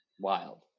wild